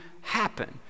happen